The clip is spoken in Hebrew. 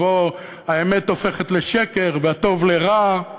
שהאמת הופכת לשקר והטוב לרע,